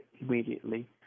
immediately